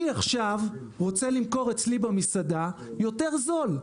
אני עכשיו רוצה למכור אצלי במסעדה יותר זול,